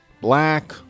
Black